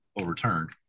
overturned